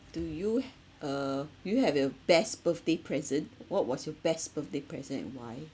do you ha~ uh do you have a best birthday present what was your best birthday present and why